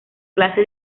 clase